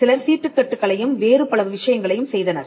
சிலர் சீட்டுக்கட்டு களையும் வேறு பல விஷயங்களையும் செய்தனர்